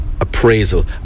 appraisal